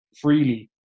freely